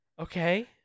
Okay